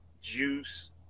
juice